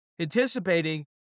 anticipating